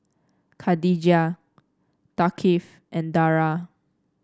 Khadija Thaqif and Dara